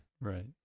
Right